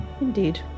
Indeed